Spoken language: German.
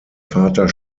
vater